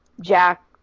Jack